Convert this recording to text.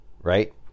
right